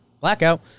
blackout